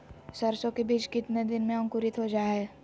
सरसो के बीज कितने दिन में अंकुरीत हो जा हाय?